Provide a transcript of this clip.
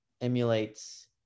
emulates